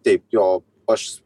taip jo aš